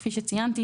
כפי שציינתי,